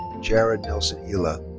jared nelson illa.